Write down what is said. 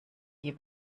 die